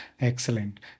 Excellent